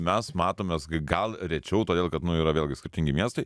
mes matomės gal rečiau todėl kad nu yra vėlgi skirtingi miestai